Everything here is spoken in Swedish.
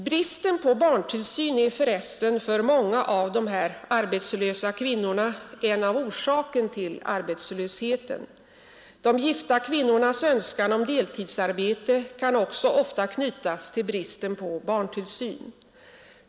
Bristen på barntillsyn är för resten för många av de arbetslösa kvinnorna en av orsakerna till arbetslösheten. De gifta kvinnornas önskan om deltidsarbete kan också ofta knytas till bristen på barntillsyn.